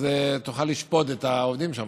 תוכל לשפוט את העובדים שם,